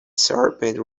serpent